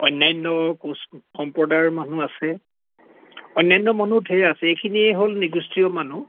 অন্যান্য কোঁচ সম্প্ৰদায়ৰ মানুহ আছে অন্যান্য মানুহ ধেৰ আছে এইখিনিয়ে হ'ল নৃ গোষ্ঠীয় মানুহ